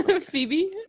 Phoebe